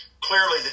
Clearly